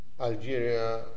Algeria